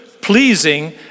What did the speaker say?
pleasing